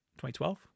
2012